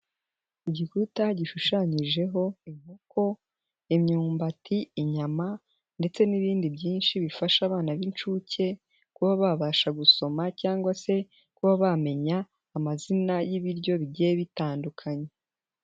Igikuta gishushanyijeho inkoko, imyumbati, inyama ndetse n'ibindi byinshi bifasha abana b'inshuke kuba babasha gusoma cyangwa se kuba bamenya amazina y'ibiryo bigiye bitandukanye.